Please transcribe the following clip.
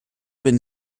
been